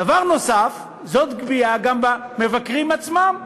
דבר נוסף, זאת פגיעה גם במבקרים עצמם.